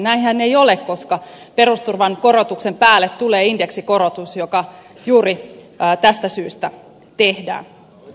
näinhän ei ole koska perusturvan korotuksen päälle tulee indeksikorotus joka juuri tästä syystä tehdään